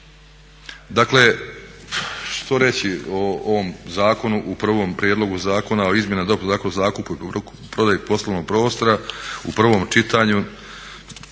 Dakle, što reći o ovom zakonu u prvom prijedlogu zakona o izmjenama i dopunama Zakona o zakupu i kupoprodaji poslovnog prostora u prvom čitanju,